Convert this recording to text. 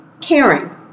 caring